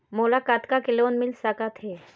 मोला कतका के लोन मिल सकत हे?